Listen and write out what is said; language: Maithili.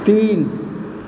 तीन